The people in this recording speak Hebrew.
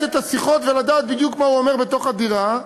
את השיחות ולדעת בדיוק מה הוא אומר בתוך הדירה וכו'